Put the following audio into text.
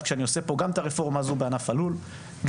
כשאני עושה את הרפורמה בענף הלול ובצומח,